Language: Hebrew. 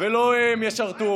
ולא הם ישרתו.